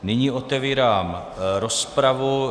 Nyní otevírám rozpravu.